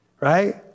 right